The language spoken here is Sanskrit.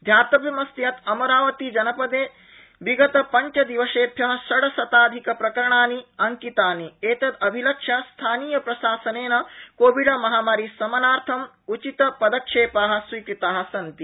ध्यातव्यमस्ति यत् अमरावतीजनपदे विगतपंच दिवसेभ्य षड् शताधिकप्रकरणानि अंकितानि एतदभिलक्ष्य स्थानीयप्रशासनेन कोविडमहामारी शमनार्थं उचितपदक्षेपा स्वीकृता सन्ति